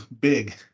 big